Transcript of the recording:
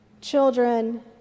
children